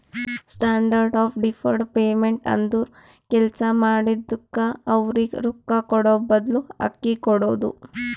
standard of deferred payment ಅಂದುರ್ ಕೆಲ್ಸಾ ಮಾಡಿದುಕ್ಕ ಅವ್ರಗ್ ರೊಕ್ಕಾ ಕೂಡಾಬದ್ಲು ಅಕ್ಕಿ ಕೊಡೋದು